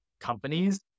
companies